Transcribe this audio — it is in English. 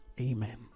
Amen